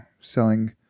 selling